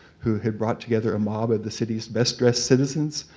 who had brought together a mob of the city's best dressed citizens,